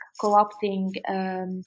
co-opting